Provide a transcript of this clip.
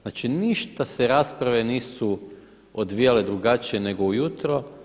Znači, ništa se rasprave nisu odvijale drugačije nego ujutro.